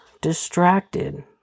distracted